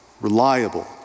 reliable